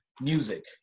Music